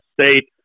State